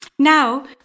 Now